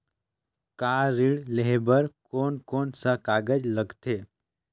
Car ऋण लेहे बार कोन कोन सा कागज़ लगथे?